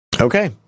Okay